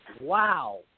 Wow